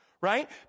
right